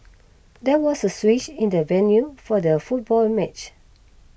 there was a switch in the venue for the football match